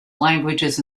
languages